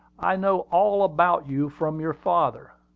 i know all about you from your father.